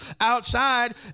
outside